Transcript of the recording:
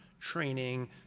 training